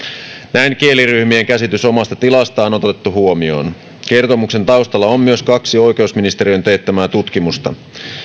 näin kieliryhmien käsitys omasta tilastaan on otettu huomioon kertomuksen taustalla on myös kaksi oikeusministeriön teettämää tutkimusta